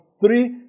three